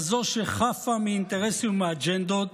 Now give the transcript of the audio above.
כזו שחפה מאינטרסים ומאג'נדות